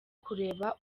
kureba